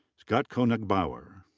scott koenigbauer.